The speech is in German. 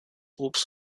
obst